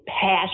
Passion